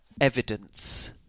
Evidence